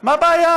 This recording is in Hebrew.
מה הבעיה?